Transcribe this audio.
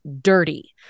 dirty